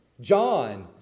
John